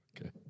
Okay